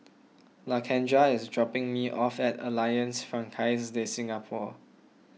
Lakendra is dropping me off at Alliance Francaise De Singapour